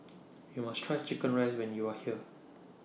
YOU must Try Chicken Rice when YOU Are here